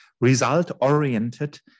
result-oriented